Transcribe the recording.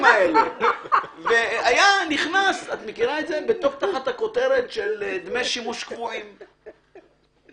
היה נכנס תחת הכותרת של "דמי שימוש קבועים".